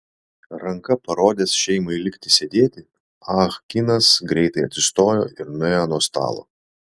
ranka parodęs šeimai likti sėdėti ah kinas greitai atsistojo ir nuėjo nuo stalo